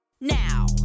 now